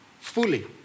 fully